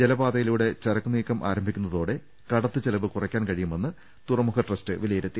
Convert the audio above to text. ജലപാതയിലൂടെ ചരക്കുനീക്കം ആരംഭിക്കുന്നതോടെ കടത്തു ചെലവ് കുറക്കാൻ കഴിയുമെന്ന് തുറ മുഖ ട്രസ്റ്റ് വിലയിരുത്തി